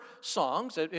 songs